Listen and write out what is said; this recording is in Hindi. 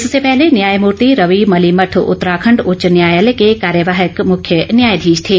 इससे पहले न्यायमूर्ति रवि मलिमठ उत्तराखंड उच्च न्यायालय के कार्यवाहक मुख्य न्यायाधीश थे